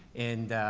and, ah,